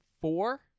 four